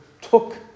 took